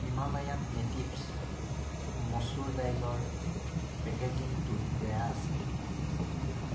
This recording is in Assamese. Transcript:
হিমালয়ান নেটিভ্ছ মচুৰ দাইলৰ পেকেজিঙটো বেয়া আছিল